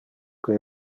que